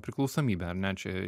priklausomybė ar ne čia